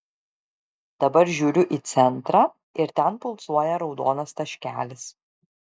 dabar žiūriu į centrą ir ten pulsuoja raudonas taškelis